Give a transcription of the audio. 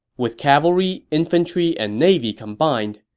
with cavalry, infantry, and navy combined,